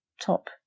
top